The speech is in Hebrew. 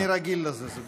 אני רגיל לזה, זה בסדר.